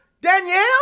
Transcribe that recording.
Danielle